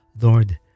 Lord